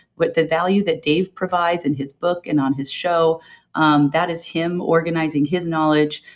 with the value that dave provides in his book and on his show um that is him organizing his knowledge.